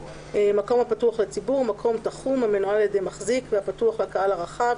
"מקום הפתוח לציבור" מקום תחום המנוהל על ידי מחזיק והפתוח לקהל הרחב,